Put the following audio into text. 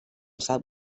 sap